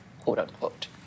quote-unquote